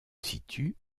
situe